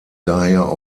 daher